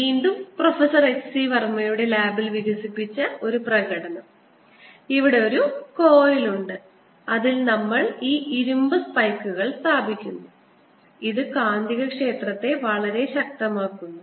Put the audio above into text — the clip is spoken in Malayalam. വീണ്ടും പ്രൊഫസർ എച്ച് സി വർമയുടെ ലാബിൽ വികസിപ്പിച്ച ഒരു പ്രകടനം ഇവിടെ ഒരു കോയിൽ ഉണ്ട് അതിൽ നമ്മൾ ഈ ഇരുമ്പ് സ്പൈക്കുകൾ സ്ഥാപിച്ചു ഇത് കാന്തികക്ഷേത്രത്തെ വളരെ ശക്തമാക്കുന്നു